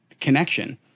connection